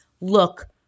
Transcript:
look